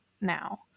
Now